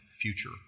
future